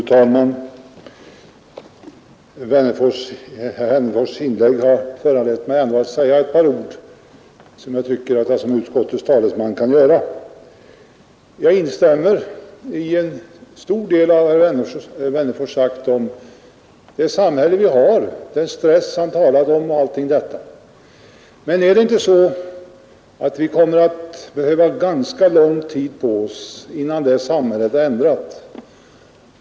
Fru talman! Herr Wennerfors” inlägg föranleder mig att i egenskap av utskottets talesman säga ett par ord. Jag instämmer i en stor del av vad herr Wennerfors säger om det samhälle vi har, den stress vi lever under och allt annat. Men kommer vi inte att behöva ganska lång tid på oss innan detta samhälle blivit ändrat?